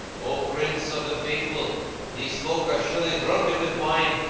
o prince of the faithful these folk are surely drunken with wine,